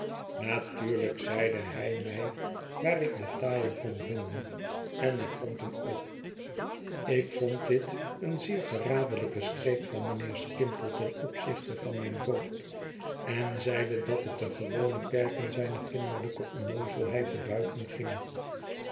natuurlijk zeide hij mij waar ik den taaie kon vinden en ik vond hem ook ik vond dit een zeer verraderlijke streek van mijnheer skimpole ten opzichte van mijn voogd en zeide dat het de gewone perken zijner kinderlijke onnoozelheid te buiten ging